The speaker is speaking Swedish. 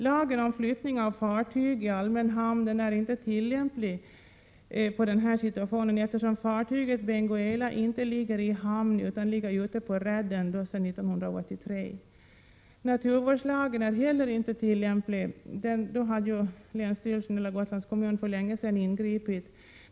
Lagen om flyttning av fartyg i allmän hamn är inte tillämplig på den situation som vi har tagit upp i motionen, eftersom fartyget Benguela inte ligger i hamn utan ute på redden, vilket det har gjort sedan 1983. 11 Naturvårdslagen är heller inte tillämplig, för då hade länsstyrelsen eller Gotlands kommun redan ingripit.